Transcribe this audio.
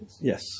Yes